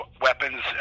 weapons